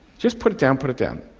just put it down, put it down.